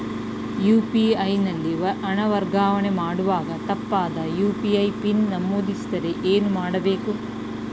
UPI ನಲ್ಲಿ ಹಣ ವರ್ಗಾವಣೆ ಮಾಡುವಾಗ ತಪ್ಪಾದ ಯು.ಪಿ.ಐ ಪಿನ್ ನಮೂದಿಸಿದರೆ ಏನು ಮಾಡಬೇಕು?